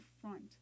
front